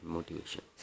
Motivation